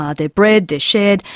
ah they're bred, they're shared,